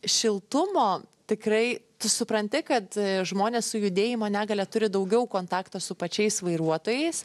šiltumo tikrai tu supranti kad žmonės su judėjimo negalia turi daugiau kontakto su pačiais vairuotojais